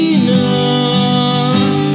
enough